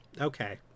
okay